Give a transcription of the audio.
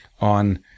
on